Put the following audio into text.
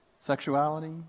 sexuality